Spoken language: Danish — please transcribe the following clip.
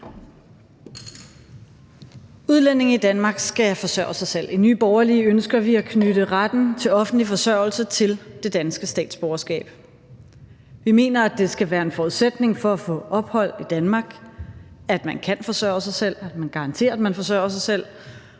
Udlændinge i Danmark skal forsørge sig selv. I Nye Borgerlige ønsker vi at knytte retten til offentlig forsørgelse til det danske statsborgerskab. Vi mener, at det skal være en forudsætning for at få ophold i Danmark, at man kan forsørge sig selv, at man garanterer, at man forsørger sig selv,